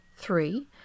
three